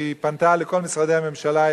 והיא פנתה לכל משרדי הממשלה,